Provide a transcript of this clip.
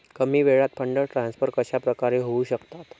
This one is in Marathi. कमी वेळात फंड ट्रान्सफर कशाप्रकारे होऊ शकतात?